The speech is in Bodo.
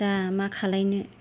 दा मा खालामनो